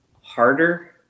harder